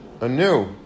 anew